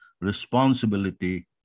responsibility